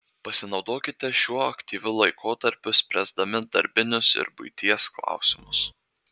pasinaudokite šiuo aktyviu laikotarpiu spręsdami darbinius ir buities klausimus